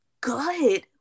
good